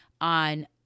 on